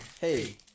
Hey